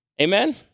Amen